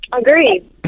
Agreed